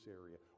area